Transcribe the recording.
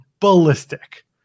Ballistic